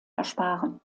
ersparen